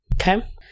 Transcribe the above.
Okay